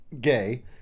gay